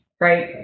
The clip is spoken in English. right